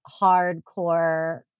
hardcore